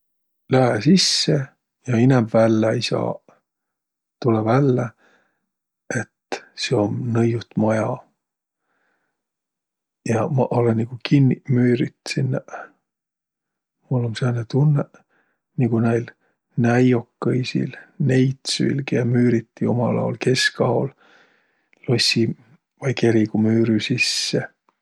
Lää sisse ja inämb vällä ei saaq. Tulõ vällä, et seo um nõiut maja. Ja maq olõ nigu kinniq müürüt sinnäq. Mul um sääne tunnõq nigu nail näiokõisil, neitsüil, kiä müüriti umal aol, keskaol, lossi vai kerigu müürü sisse.